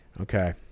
Okay